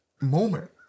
moment